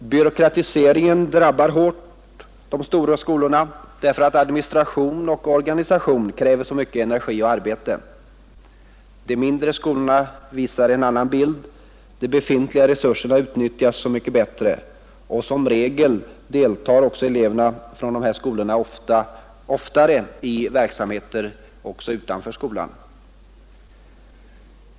Byråkratiseringen drabbar hårt de stora skolorna, därför att administration och organisation kräver så mycket energi och arbete. De mindre skolorna visar en annan bild: de befintliga resurserna utnyttjas så mycket bättre. Som regel deltar eleverna från dessa skolor oftare i verksamheter utanför skolan.